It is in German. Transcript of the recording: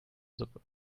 suppe